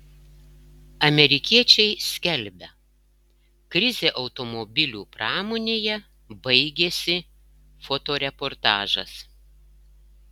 amerikiečiai skelbia krizė automobilių pramonėje baigėsi fotoreportažas